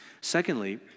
Secondly